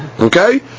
Okay